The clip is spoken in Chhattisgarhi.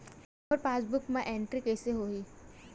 मोर पासबुक मा एंट्री कइसे होही?